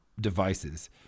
devices